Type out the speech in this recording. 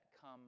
come